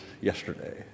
yesterday